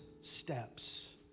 steps